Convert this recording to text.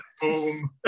boom